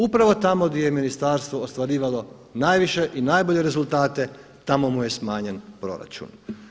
Upravo tamo di je ministarstvo ostvarivalo najviše i najbolje rezultate tamo mu je smanjen proračun.